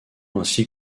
ainsi